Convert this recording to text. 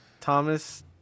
Thomas